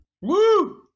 Woo